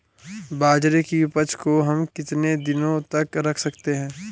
बाजरे की उपज को हम कितने दिनों तक रख सकते हैं?